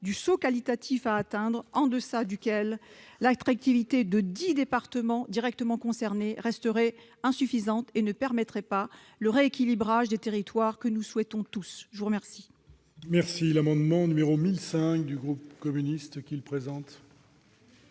du saut qualitatif nécessaire, en deçà duquel l'attractivité des dix départements directement concernés resterait insuffisante et ne permettrait pas le rééquilibrage des territoires que nous souhaitons tous. L'amendement